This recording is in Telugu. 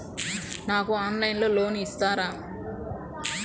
నాకు ఆన్లైన్లో లోన్ ఇస్తారా?